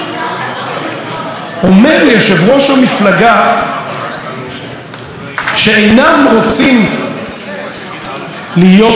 אומר ליושב-ראש המפלגה שהם אינם רוצים להיות מובטלים,